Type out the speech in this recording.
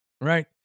Right